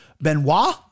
Benoit